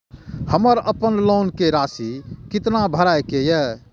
हमर अपन लोन के राशि कितना भराई के ये?